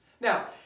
Now